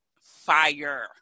fire